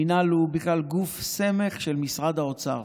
המינהל הוא בכלל גוף סמך של משרד האוצר,